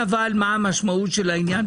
אתה מבין מה המשמעות של העניין?